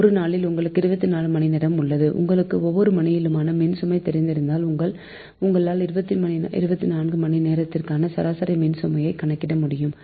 ஒரு நாளில் உங்களுக்கு 24 மணிநேரம் உள்ளது உங்களுக்கு ஒவ்வொரு மணியிலுமான மின்சுமை தெரிந்தால் உங்களால் 24 மணிநேரத்திற்க்கான சராசரி மின்சுமையை கணக்கிட முடியும்